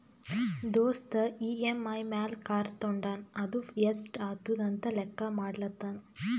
ದೋಸ್ತ್ ಇ.ಎಮ್.ಐ ಮ್ಯಾಲ್ ಕಾರ್ ತೊಂಡಾನ ಅದು ಎಸ್ಟ್ ಆತುದ ಅಂತ್ ಲೆಕ್ಕಾ ಮಾಡ್ಲತಾನ್